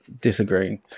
disagreeing